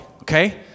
okay